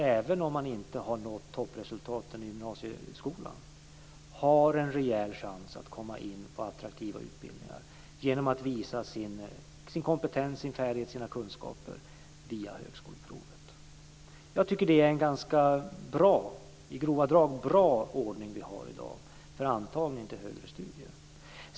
Även om man inte har nått toppresultat i gymnasieskolan, har man en rejäl chans att komma in på attraktiva utbildningar genom att visa sin kompetens, sin färdighet och sina kunskaper via högskoleprovet. Jag tycker att det är en i grova drag bra ordning som vi har i dag för antagning till högre studier.